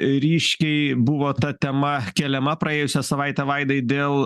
ryškiai buvo ta tema keliama praėjusią savaitę vaidai dėl